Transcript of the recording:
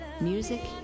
Music